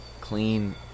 Clean